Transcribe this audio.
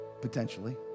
potentially